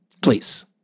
please